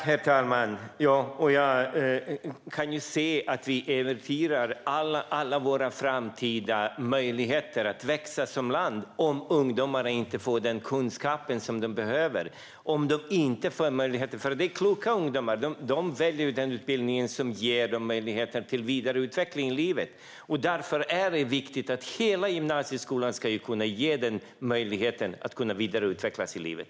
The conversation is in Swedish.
Herr talman! Jag ser att vi äventyrar alla våra framtida möjligheter att växa som land om ungdomarna inte får den kunskap som de behöver. Det är kloka ungdomar som väljer den utbildning som ger dem möjligheter till vidareutveckling i livet. Därför är det viktigt att hela gymnasieskolan ska erbjuda möjligheten att vidareutvecklas i livet.